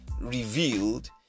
revealed